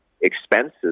expenses